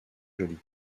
jolie